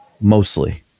mostly